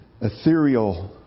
ethereal